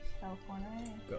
California